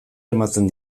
ematen